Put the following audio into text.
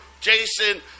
Jason